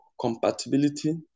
compatibility